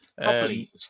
Properly